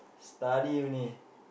study only